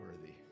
worthy